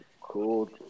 cool